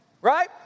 right